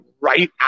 right